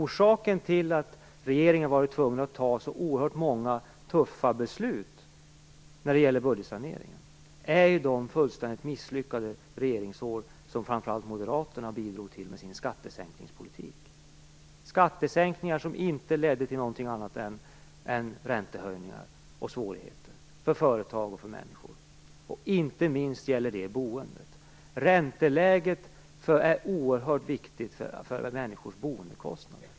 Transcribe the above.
Orsaken till att regeringen har varit tvungen att fatta så oerhört många tuffa beslut när det gäller budgetsaneringen är ju de fullständigt misslyckade regeringsår som framför allt Moderaterna bidrog till med sin skattesänkningspolitik. Det var skattesänkningar som inte ledde till något annat än räntehöjningar och svårigheter för företag och människor, och inte minst gällde det boendet. Ränteläget är oerhört viktigt för människors boendekostnader.